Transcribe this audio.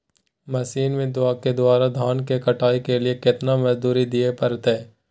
Machine के द्वारा धान की कटाइ के लिये केतना मजदूरी दिये परतय?